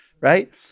right